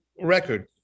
record